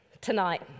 tonight